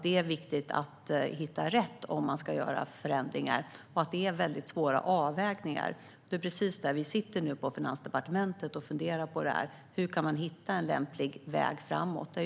Det är viktigt att hitta rätt om förändringar ska göras. Det är fråga om svåra avvägningar. Vi sitter nu på Finansdepartementet och funderar på frågan. Hur kan vi hitta en lämplig väg framåt?